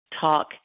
talk